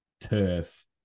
turf